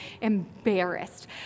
embarrassed